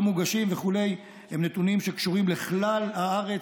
מוגשים וכו' הם נתונים שקשורים לכלל הארץ,